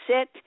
sit